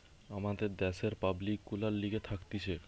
আমাদের দ্যাশের পাবলিক গুলার লিগে থাকতিছে